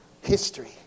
history